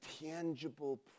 tangible